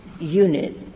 unit